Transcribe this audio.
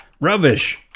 Rubbish